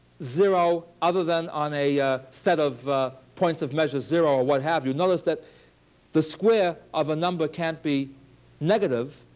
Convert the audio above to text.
zero other than on a set of points of measure zero, what have you, notice that the square of a number can't be negative.